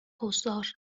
حضار